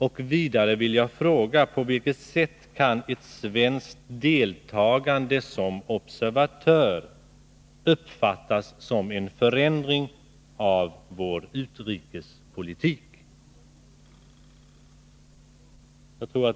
Jag vill vidare fråga: På vilket sätt skulle ett deltagande som observatör uppfattas som en förändring av vår utrikespolitik?